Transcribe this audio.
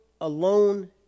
alone